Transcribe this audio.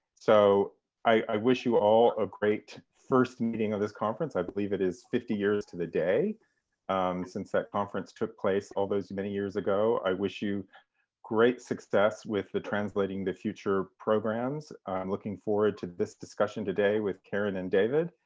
so i wish you all a great first meeting of this conference. i believe it is fifty years to the day since that conference took place all those many years ago. i wish you great success with the translating the future programs. i'm looking forward to this discussion today with karen and david,